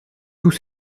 tous